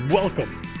Welcome